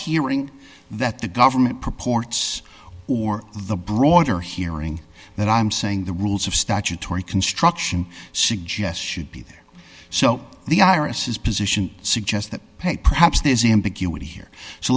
hearing that the government purports or the broader hearing that i'm saying the rules of statutory construction suggest should be there so the irises position suggests that pay perhaps there's ambiguity here so